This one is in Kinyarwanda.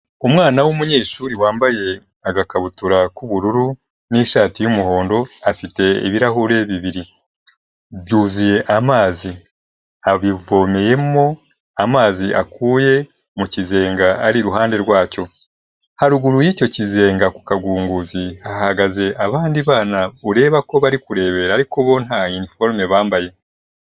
Umwana w'umunyeshuri wambaye agakabutura k'ubururu n'ishati y'umuhondo, afite ibirahure bibiri. Byuzuye amazi. Abivomeyemo amazi akuye mu kizenga ari iruhande rwacyo. Haruguru y'icyo kizenga ku kagunguzi, hahagaze abandi bana ureba ko bari kurebera, ariko bo nta iniforume bambaye.